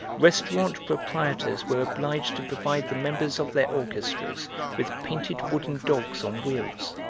restaurant proprietors were obliged to provide the members of their orchestras with painted wooden dogs on wheels,